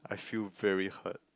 I feel very hurt